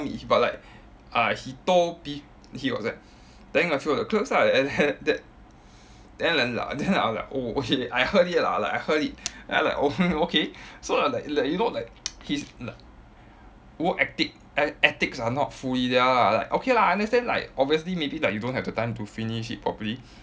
but like uh he told peo~ he was like telling a few of the troops ah and then that the li~ li~ then I was like oh okay I heard it lah like I heard it then I like oh okay so like like you know like his work ethic e~ ethics are not fully there lah like okay lah I understand like obviously maybe like you don't have the time to finish it properly